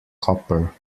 copper